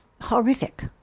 Horrific